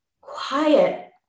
quiet